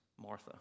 Martha